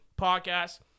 podcast